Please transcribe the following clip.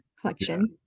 collection